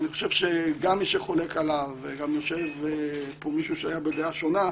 גם מי שחולק עליו ויושב פה גם מישהו שהיה בדעה שונה,